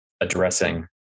addressing